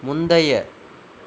முந்தைய